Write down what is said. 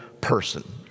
person